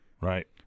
Right